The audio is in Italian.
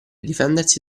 difendersi